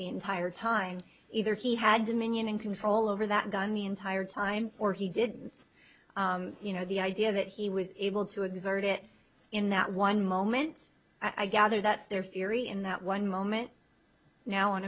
the entire time either he had dominion and control over that gun the entire time or he didn't you know the idea that he was able to exert it in that one moment i gather that's their fury in that one